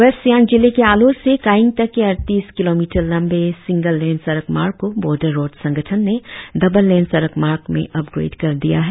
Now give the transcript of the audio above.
waste Siang जिले के आलो से कायिंग तक के अड़तीस किलोमीटर लंबे सिंगल लेन सड़क मार्ग को बोर्डर रोड संगठन ने डबल लेन सड़क मार्ग में अपग्रेड कर दिया है